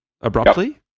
abruptly